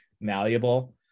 malleable